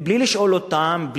בלי לשאול אותם,